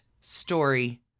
Story